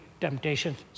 temptations